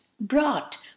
brought